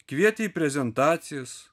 kvietė į prezentacijas